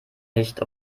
nicht